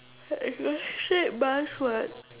I got straight bus [what]